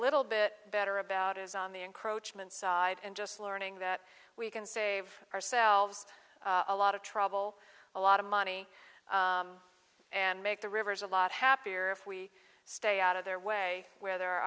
little bit better about is on the encroachment side and just learning that we can save ourselves a lot of trouble a lot of money and make the rivers a lot happier if we stay out of their way where ther